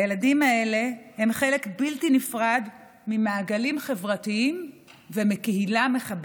הילדים האלה הם חלק בלתי נפרד ממעגלים חברתיים ומקהילה מחבקת,